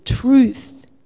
Truth